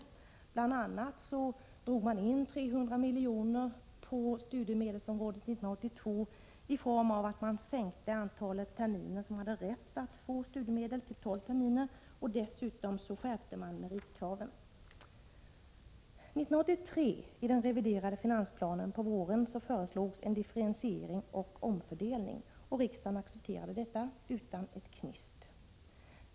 1982 drog man in 300 miljoner på studiemedelsområdet genom att sänka antalet terminer som berättigade till studiemedel till tolv. I det sammanhanget skärptes dessutom meritkraven. I den reviderade finansplanen våren 1983 föreslogs en differentiering och omfördelning. Riksdagen accepterade förslaget utan ett knyst.